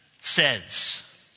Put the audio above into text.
says